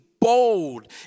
bold